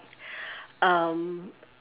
um